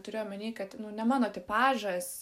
turiu omeny kad nu ne mano tipažas